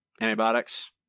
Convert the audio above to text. Antibiotics